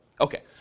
Okay